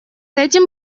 этим